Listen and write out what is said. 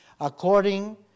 according